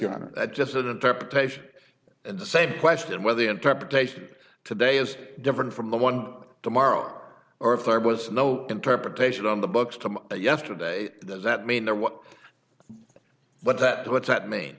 honor just that interpretation and the same question whether the interpretation today is different from the one tomorrow or if there was no interpretation on the books yesterday does that mean there what but that what's that mean